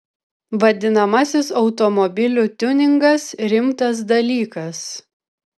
vadinamasis automobilių tiuningas rimtas dalykas